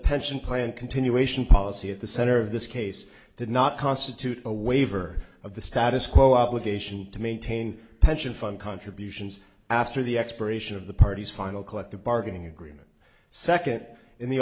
pension plan continuation policy at the center of this case did not constitute a waiver of the status quo obligation to maintain pension fund contributions after the expiration of the party's final collective bargaining agreement second in the